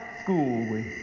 school